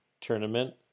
tournament